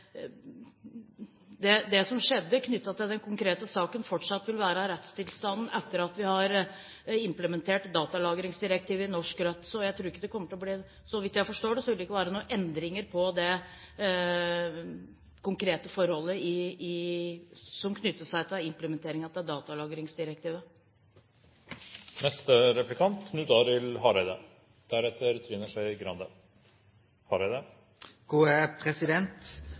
dag. Det som skjedde i den konkrete saken, vil fortsatt være rettstilstanden etter at vi har implementert datalagringsdirektivet i norsk rett. Så vidt jeg forstår, skulle det ikke være noen endringer i det konkrete forholdet som knytter seg til implementeringen av datalagringsdirektivet. Statsråden viste til